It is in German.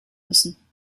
müssen